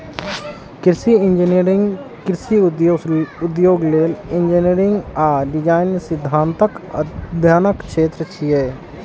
कृषि इंजीनियरिंग कृषि उद्देश्य लेल इंजीनियरिंग आ डिजाइन सिद्धांतक अध्ययनक क्षेत्र छियै